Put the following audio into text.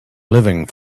living